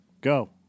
go